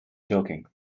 joking